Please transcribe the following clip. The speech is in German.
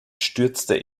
stürzte